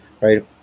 Right